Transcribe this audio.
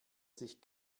sich